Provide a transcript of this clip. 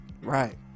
right